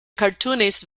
cartoonist